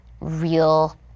real